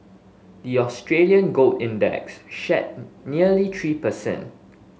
the Australian gold index shed nearly three percent